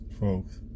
Folks